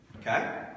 Okay